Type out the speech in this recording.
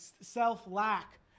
self-lack